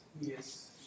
Yes